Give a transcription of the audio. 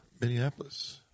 Minneapolis